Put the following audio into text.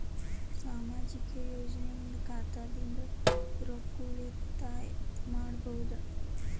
ಸಾಮಾಜಿಕ ಯೋಜನೆಯಿಂದ ಖಾತಾದಿಂದ ರೊಕ್ಕ ಉಳಿತಾಯ ಮಾಡಬಹುದ?